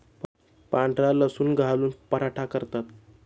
पांढरा लसूण घालून पराठा करतात